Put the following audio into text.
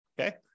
okay